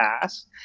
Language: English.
pass